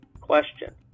Question